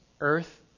earth